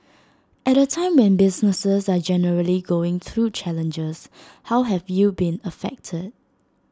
at A time when businesses are generally going through challenges how have you been affected